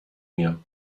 mir